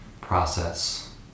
process